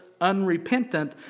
unrepentant